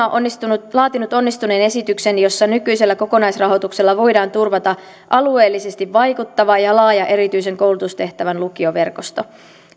on laatinut onnistuneen esityksen jossa nykyisellä kokonaisrahoituksella voidaan turvata alueellisesti vaikuttava ja laaja erityisen koulutustehtävän lukioverkosto